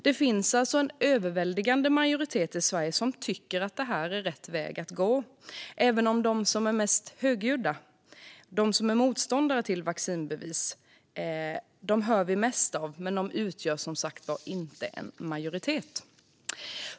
Det finns alltså en överväldigande majoritet i Sverige som tycker att det här är rätt väg att gå - även om de mest som är mest högljudda är de som är motståndare till vaccinbevis. Det är dem vi hör mest av, men de utgör som sagt inte en majoritet.